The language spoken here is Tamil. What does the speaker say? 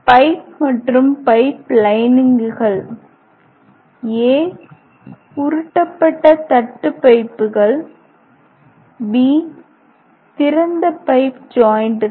பைப் மற்றும் பைப் லைனிங்குகள் உருட்டப்பட்ட தட்டு பைப்புகள் b திறந்த பைப் ஜாய்ண்ட்டுகள்